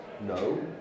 no